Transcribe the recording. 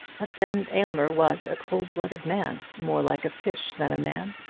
but then aylmer was a cold-blooded man more like a fish than a man.